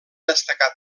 destacar